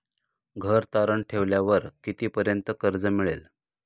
घर तारण ठेवल्यावर कितीपर्यंत कर्ज मिळेल?